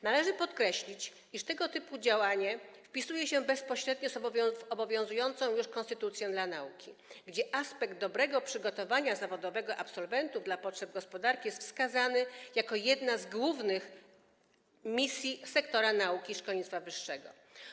Należy podkreślić, iż tego typu działanie wpisuje się bezpośrednio w obowiązującą już konstytucję dla nauki, gdzie aspekt dobrego przygotowania zawodowego absolwentów na potrzeby gospodarki jest wskazany jako jedna z głównych misji sektora nauki i szkolnictwa wyższego.